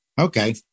Okay